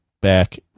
back